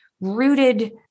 rooted